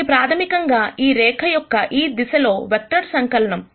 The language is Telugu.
ఇది ప్రాథమికంగా ఈ రేఖ యొక్క ఈ దశలో వెక్టర్ సంకలనము